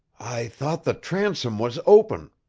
i thought the transom was open,